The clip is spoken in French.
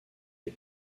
les